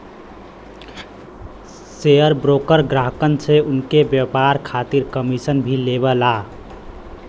share broker ग्राहकन से उनके व्यापार खातिर कमीशन भी लेवला